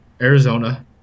Arizona